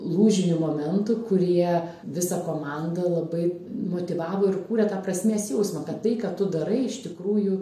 lūžinių momentų kurie visą komandą labai motyvavo ir kūrė tą prasmės jausmą kad tai ką tu darai iš tikrųjų